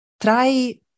try